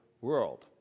world